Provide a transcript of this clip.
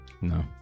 No